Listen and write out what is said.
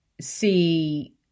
see